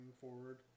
forward